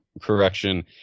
correction